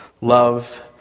love